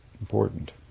important